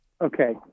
Okay